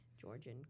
Georgian